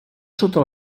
sota